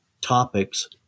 topics